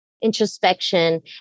introspection